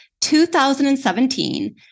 2017